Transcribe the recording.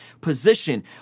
position